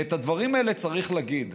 ואת הדברים האלה צריך להגיד.